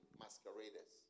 masqueraders